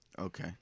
Okay